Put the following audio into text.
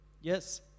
Yes